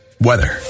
weather